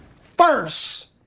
first